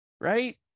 right